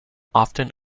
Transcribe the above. often